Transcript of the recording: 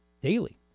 daily